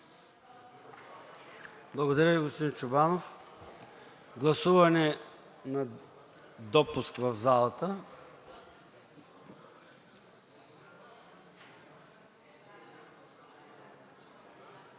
Благодаря Ви, господин Чобанов. Гласуване на допуск в залата.